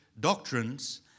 Doctrines